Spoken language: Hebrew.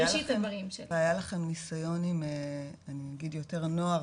והיה לכם ניסיון, אני אגיד יותר הנוער